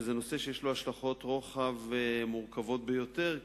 זה נושא שיש לו השלכות רוחב מורכבות ביותר,